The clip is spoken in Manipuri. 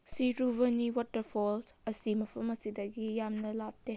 ꯁꯤꯔꯨꯚꯅꯤ ꯋꯥꯇꯔꯐꯣꯜ ꯑꯁꯤ ꯃꯐꯝ ꯑꯁꯤꯗꯒꯤ ꯌꯥꯝꯅ ꯂꯥꯞꯇꯦ